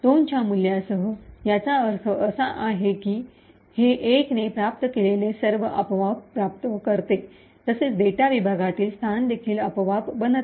2 च्या मूल्यासह याचा अर्थ असा आहे की हे 1 ने प्राप्त केलेले सर्व आपोआप प्राप्त करते तसेच डेटा विभागातील स्थान देखील आपोआप बनते